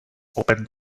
open